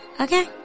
okay